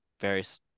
various